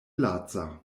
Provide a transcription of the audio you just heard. laca